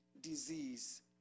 disease